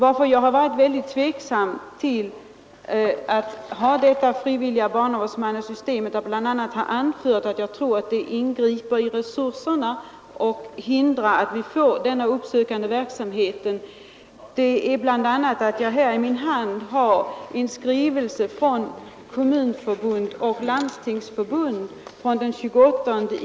Att jag har varit väldigt tveksam till det frivilliga barnavårdsmannasystemet och har anfört att jag tror att det ingriper i resurserna och hindrar att vi får denna uppsökande verksamhet beror bl.a. på att jag här i min hand har en skrivelse från Kommunförbundet och Landstingsförbundet av den 28 september.